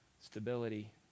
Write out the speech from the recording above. stability